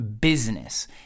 business